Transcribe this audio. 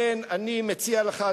ולכן אני מציע לך,